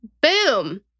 boom